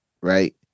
Right